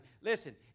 Listen